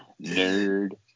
Nerd